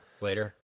later